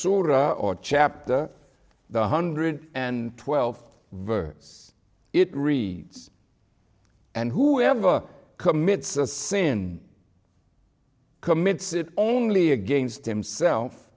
shura or chapter the hundred and twelve verse it reads and whoever commits a sin commits it only against himself